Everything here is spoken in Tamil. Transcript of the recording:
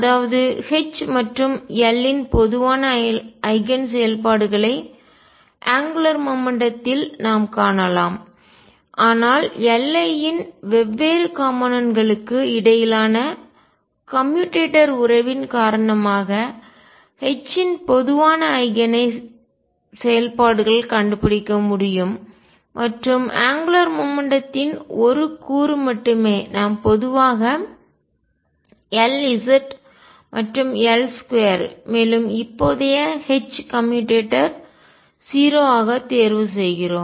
அதாவது H மற்றும் L இன் பொதுவான ஐகன் செயல்பாடுகளை அங்குலார் மொமெண்ட்டம் த்தில் கோண உந்தம் நாம் காணலாம் ஆனால் Li யின் வெவ்வேறு காம்போனென்ட் களுக்கு கூறுகளுக்கு இடையிலான கம்யூடேட்டர் உறவின் காரணமாக H இன் பொதுவான ஐகனை செயல்பாடுகள் கண்டுபிடிக்க முடியும் மற்றும் அங்குலார் மொமெண்ட்டத்தின் கோண உந்தத்தின் ஒரு கூறு மட்டுமே நாம் பொதுவாக Lz மற்றும் L2 மேலும் இப்போதைய H கம்யூடேட்டர் 0 ஆக தேர்வு செய்கிறோம்